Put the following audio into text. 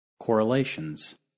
correlations